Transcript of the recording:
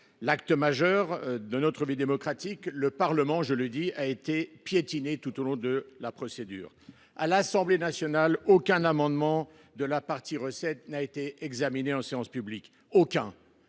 l’acte majeur de notre vie démocratique, le Parlement a été piétiné tout au long de la procédure. À l’Assemblée nationale, aucun amendement de la partie relative aux recettes n’a été discuté en séance publique – aucun